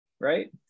right